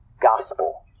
gospel